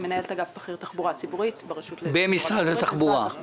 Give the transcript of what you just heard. מנהלת אגף בכיר תחבורה ציבורית במשרד התחבורה.